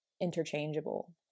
interchangeable